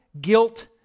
guilt